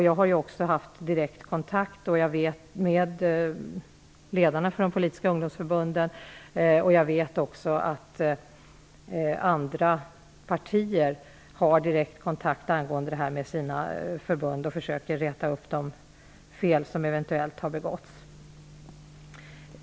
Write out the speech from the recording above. Jag har haft direkt kontakt med ledarna för de politiska ungdomsförbunden. Jag vet också att andra partier har direkt kontakt med sina förbund för att försöka rätta till de fel som eventuellt har begåtts.